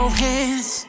hands